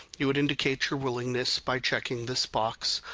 you would indicate your willingness by checking this box,